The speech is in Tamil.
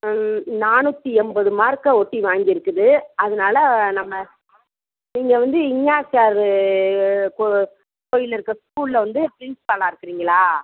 நானூற்றி எண்பது மார்க்கை ஒட்டி வாங்கி இருக்குது அதனால் நம்ம நீங்கள் வந்து இனியா சார் கோ கோவில் இருக்கற ஸ்கூலில் வந்து ப்ரின்ஸ்பாலாக இருக்கிறீங்களா